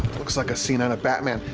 looks like a scene outta batman.